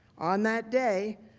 on that day,